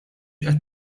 qed